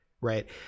right